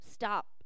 stop